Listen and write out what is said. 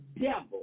devil